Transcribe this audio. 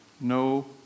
no